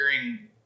hearing